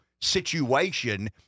situation